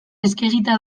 eskegita